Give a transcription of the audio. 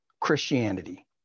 Christianity